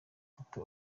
tito